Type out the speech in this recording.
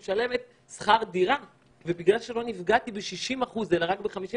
שעליו אני משלמת שכר ובגלל שלא נפגעתי ב-60% אלא רק ב-55%,